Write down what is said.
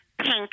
pink